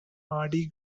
mardi